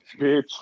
Bitch